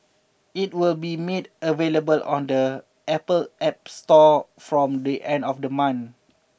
it will be made available on the Apple App Store from the end of the month